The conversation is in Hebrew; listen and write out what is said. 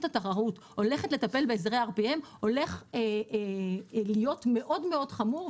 התחרות הולכת לטפל בהסדרי RPM הולכת להיות מאוד מאוד חמורה,